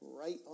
right